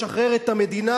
לשחרר את המדינה